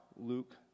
Luke